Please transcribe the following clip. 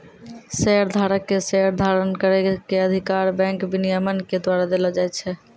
शेयरधारक के शेयर धारण करै के अधिकार बैंक विनियमन के द्वारा देलो जाय छै